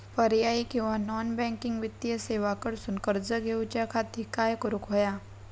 पर्यायी किंवा non banking वित्तीय सेवा कडसून कर्ज घेऊच्या खाती काय करुक होया?